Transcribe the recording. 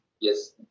yes